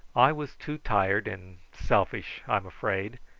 i was too tired and selfish, i'm afraid,